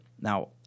Now